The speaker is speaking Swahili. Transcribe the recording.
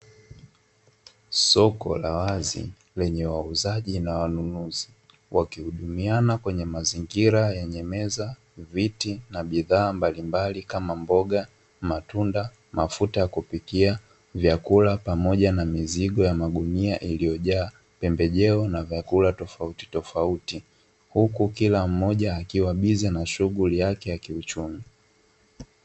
Soko la wazi lenye wauzaji na wanunuzi, wakihudumiana kwenye mazingira yenye meza, viti, na bidhaa mbalimbali kama mboga, matunda, mafuta ya kupikia, vyakula pamoja na mizigo ya magunia iliyojaa pembejeo na vyakula tofautitofauti, huku kila mmoja akiwa bize na shughuli yake ya kiuchumi.